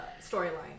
storyline